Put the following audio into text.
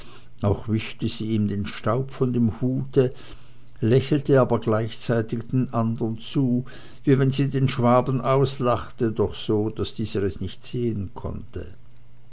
auch wischte sie ihm den staub von dem hute lächelte aber gleichzeitig den andern zu wie wenn sie den schwaben auslachte doch so daß es dieser nicht sehen konnte